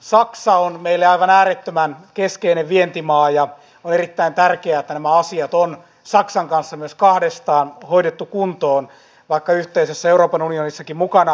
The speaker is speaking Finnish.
saksa on meille aivan äärettömän keskeinen vientimaa ja on erittäin tärkeää että nämä asiat on saksan kanssa myös kahdestaan hoidettu kuntoon vaikka yhteisessä euroopan unionissakin mukana ollaan